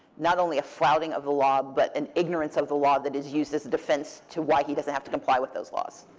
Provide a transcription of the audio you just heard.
not only a flouting of the law, but an ignorance of the law that is used as a defense to why he doesn't have to comply with those laws.